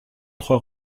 trois